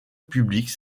publique